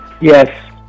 Yes